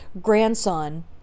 grandson